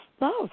love